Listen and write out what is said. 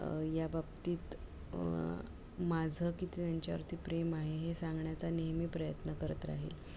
याबाबतीत माझं किती त्यांच्यावरती प्रेम आहे हे सांगण्याचा नेहमी प्रयत्न करत राहील